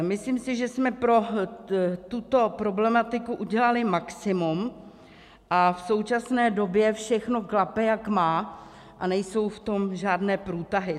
Myslím si, že jsme pro tuto problematiku udělali maximum, a v současné době všechno klape, jak má, a nejsou v tom žádné průtahy.